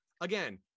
again